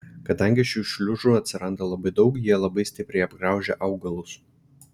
kadangi šių šliužų atsiranda labai daug jie labai stipriai apgraužia augalus